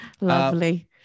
Lovely